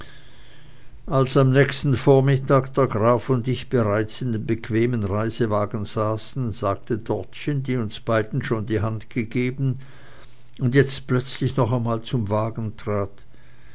als am nächsten vormittag der graf und ich bereits in dem bequemen reisewagen saßen sagte dorothea die uns beiden schon die hand gegeben und jetzt plötzlich nochmals zum wagen trat